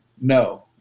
No